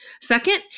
Second